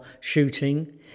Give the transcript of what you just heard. shooting